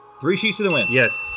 three sheets to the wind. yes.